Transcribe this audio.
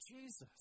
Jesus